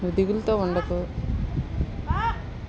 నువ్వు దిగులుతో ఉండకు